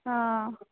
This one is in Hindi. हाँ